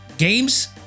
Games